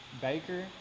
Baker